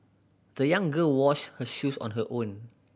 the young girl washed her shoes on her own